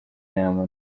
inama